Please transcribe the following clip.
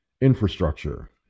infrastructure